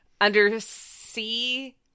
Undersea